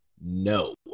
no